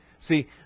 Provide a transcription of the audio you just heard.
See